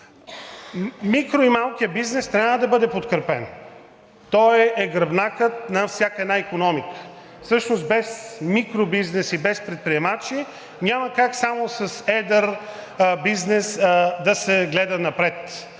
Микро- и малкият бизнес трябва да бъде подкрепен. Той е гръбнакът на всяка една икономика. Всъщност без микробизнес и без предприемачи няма как само с едър бизнес да се гледа напред.